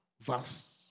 verse